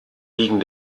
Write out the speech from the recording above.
liegen